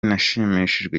nashimishijwe